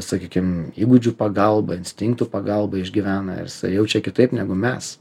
sakykim įgūdžių pagalba instinktų pagalba išgyvena ir jaučia kitaip negu mes